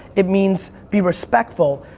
it means be respectful.